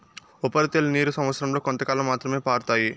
ఉపరితల నీరు సంవచ్చరం లో కొంతకాలం మాత్రమే పారుతాయి